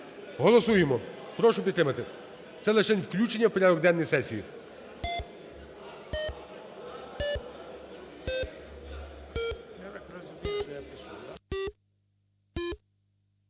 Голосуємо, прошу підтримати, це лишень включення в порядок денний сесії